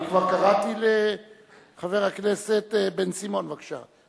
אני כבר קראתי לחבר הכנסת בן-סימון, בבקשה.